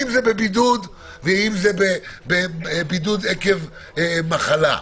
אם זה בבידוד ואם זה בבידוד עקב מחלה.